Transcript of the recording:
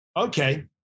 Okay